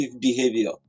behavior